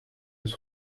eus